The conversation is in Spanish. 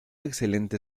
excelente